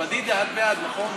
פדידה, את בעד, נכון?